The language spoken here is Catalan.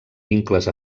vincles